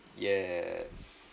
yes